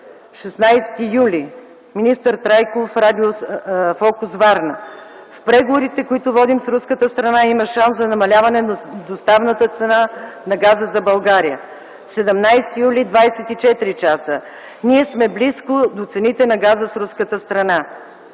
16 юли т.г., министър Трайков в радио „Фокус”, Варна: „С преговорите, които водим с руската страна има шанс за намаляване на доставната цена на газа за България”; 17 юли т.г., в. „24 часа”: „Ние сме близко до цените на газа с руската страна”;